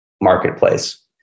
marketplace